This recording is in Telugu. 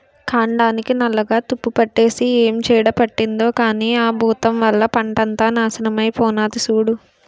కాండానికి నల్లగా తుప్పుపట్టేసి ఏం చీడ పట్టిందో కానీ ఆ బూతం వల్ల పంటంతా నాశనమై పోనాది సూడూ